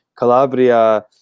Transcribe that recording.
Calabria